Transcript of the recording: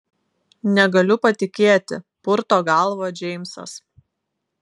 negaliu patikėti purto galvą džeimsas